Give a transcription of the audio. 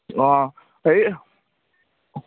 অঁ হেৰি